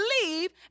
believe